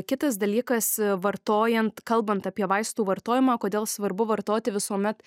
kitas dalykas vartojant kalbant apie vaistų vartojimą kodėl svarbu vartoti visuomet